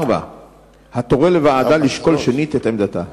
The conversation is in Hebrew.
4. האם תורה לוועדה לשקול שנית את עמדתה?